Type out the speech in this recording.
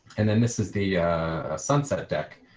and then this is the sunset deck,